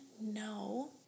no